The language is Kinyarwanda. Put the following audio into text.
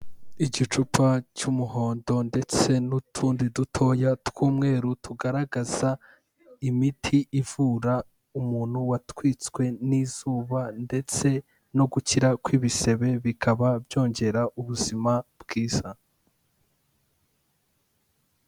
Igicupa cy'umuhondo ndetse n'utundi dutoya tw'umweru tugaragaza imiti ivura umuntu watwitswe n'izuba ndetse no gukira kw'ibisebe, bikaba byongera ubuzima bwiza.